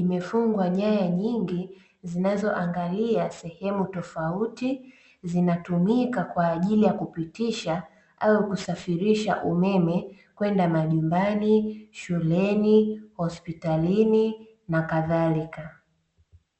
imefungwa nyaya nyingi zinazoangalia sehemu tofauti, zinatumika kwa ajili ya kupitisha au kusafirisha umeme kwenda majumbani, shuleni, hospitalini na kadhalika.